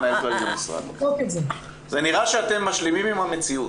זה נראה שאתם משלימים עם המציאות.